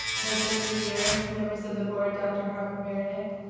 president gutierrez, members of the board, dr. harper-marinick,